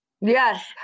Yes